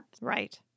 Right